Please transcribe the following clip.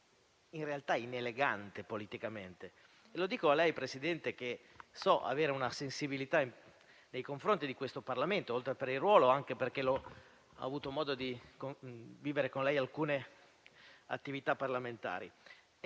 in realtà, di politicamente inelegante. Lo dico a lei, signor Presidente, che so avere una sensibilità nei confronti di questo Parlamento, oltre che per il ruolo, anche perché ho avuto modo di vivere con lei alcune attività parlamentari.